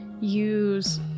use